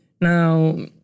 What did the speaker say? Now